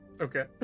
Okay